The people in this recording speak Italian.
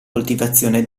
coltivazione